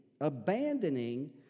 abandoning